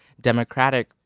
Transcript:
democratic